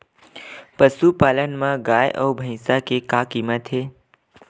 पशुपालन मा गाय अउ भंइसा के का कीमत हे?